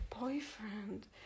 Boyfriend